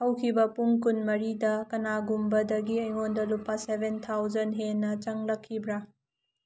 ꯍꯧꯈꯤꯕ ꯄꯨꯡ ꯀꯨꯟꯃꯔꯤꯗ ꯀꯅꯥꯒꯨꯝꯕꯗꯒꯤ ꯑꯩꯉꯣꯟꯗ ꯂꯨꯄꯥ ꯁꯕꯦꯟ ꯊꯥꯎꯖꯟ ꯍꯦꯟꯅ ꯆꯪꯂꯛꯈꯤꯕ꯭ꯔꯥ